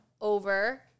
Over